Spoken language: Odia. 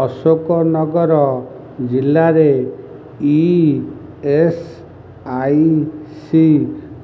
ଅଶୋକନଗର ଜିଲ୍ଲାରେ ଇ ଏସ୍ ଆଇ ସି